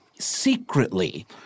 secretly